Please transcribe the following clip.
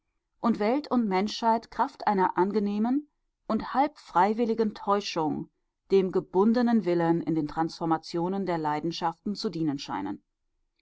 und welt und menschheit kraft einer angenehmen und halbfreiwilligen täuschung dem gebundenen willen in den transformationen der leidenschaften zu dienen scheinen